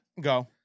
Go